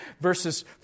verses